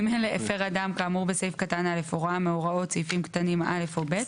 הפר אדם כאמור בסעיף קטן (א) הוראה מהוראות סעיפים קטנים (א) או (ב),